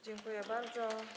Dziękuję bardzo.